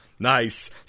Nice